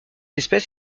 espèce